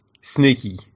sneaky